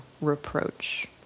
reproach